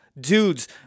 dudes